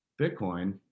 Bitcoin